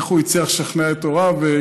איך הוא הצליח לשכנע את הוריו,